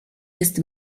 jest